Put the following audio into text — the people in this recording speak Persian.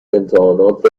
امتحانات